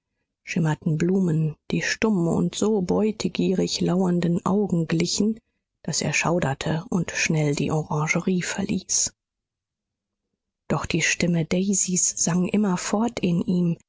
schimmerten blumen die stummen und so beutegierig lauernden augen glichen daß er schauderte und schnell die orangerie verließ doch die stimme daisys sang immerfort in ihm